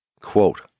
Quote